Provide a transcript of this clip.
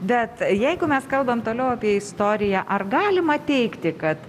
bet jeigu mes kalbam toliau apie istoriją ar galima teigti kad